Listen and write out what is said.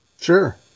Sure